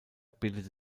bildete